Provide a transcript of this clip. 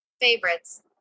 Favorites